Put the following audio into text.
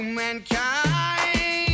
mankind